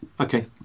Okay